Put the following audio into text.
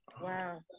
Wow